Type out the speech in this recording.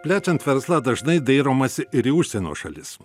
plečiant verslą dažnai dairomasi ir į užsienio šalis